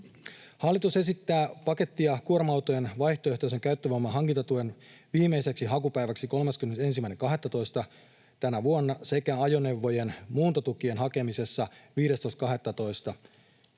Hallitus esittää paketti- ja kuorma-autojen vaihtoehtoisen käyttövoiman hankintatuen viimeiseksi hakupäiväksi 31.12. tänä vuonna sekä ajoneuvojen muuntotukien hakemisessa 15.12.